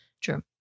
True